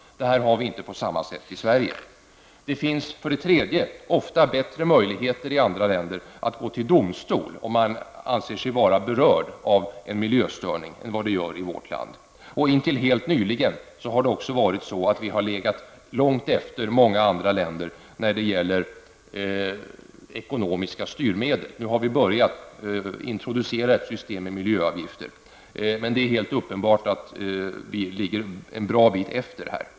Det här har vi inte på samma sätt i Sverige. Det finns för det tredje ofta bättre möjligheter i andra länder än i vårt land att gå till domstol om man anser sig beröras av en miljöstörning. Tills helt nyligen har det också varit så att vi har legat långt efter andra länder när det gäller ekonomiska styrmedel. Nu har vi börjat med att introducera ett system med miljöavgifter. Det är helt uppenbart att vi ligger en bra bit efter.